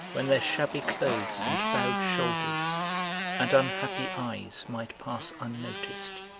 when their shabby clothes and bowed shoulders and unhappy eyes might pass unnoticed,